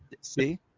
See